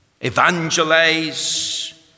evangelize